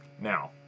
now